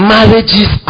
Marriages